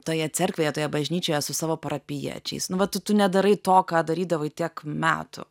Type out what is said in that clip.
toje cerkvėje toje bažnyčioje su savo parapijiečiais nu vat tu nedarai to ką darydavai tiek metų